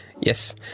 Yes